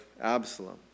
Absalom